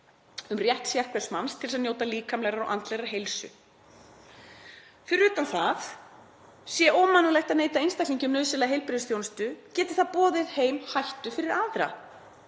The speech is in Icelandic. um rétt sérhvers manns til að njóta líkamlegrar og andlegrar heilsu. Fyrir utan að það sé ómannúðlegt að neita einstaklingi um nauðsynlega heilbrigðisþjónustu geti það boðið heim hættu fyrir aðra,